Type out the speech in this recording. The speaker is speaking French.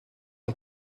ont